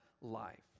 life